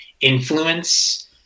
influence